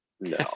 No